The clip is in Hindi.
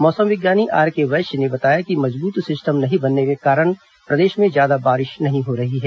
मौसम विज्ञानी आरके वैश्य ने बताया कि मजबूत सिस्टम नहीं बनने के कारण प्रदेश में ज्यादा बारिश नहीं हो रही है